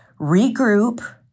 regroup